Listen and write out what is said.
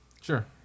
Sure